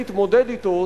כדי להתמודד אתו,